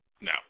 No